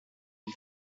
une